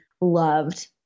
loved